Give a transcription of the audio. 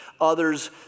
others